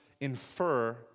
infer